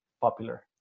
popular